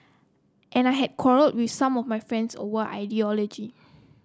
and I had quarrelled with some of my friends over ideology